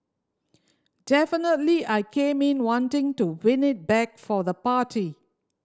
definitely I came in wanting to win it back for the party